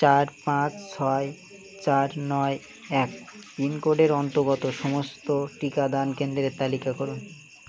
চার পাঁচ ছয় চার নয় এক পিনকোডের অন্তর্গত সমস্ত টিকাদান কেন্দ্রের তালিকা করুন